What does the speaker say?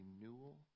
renewal